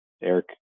Eric